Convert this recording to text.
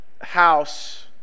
house